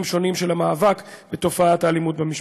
שונים של המאבק בתופעת האלימות במשפחה.